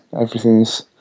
everything's